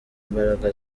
imbaraga